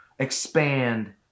expand